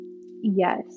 Yes